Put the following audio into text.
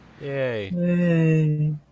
Yay